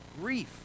grief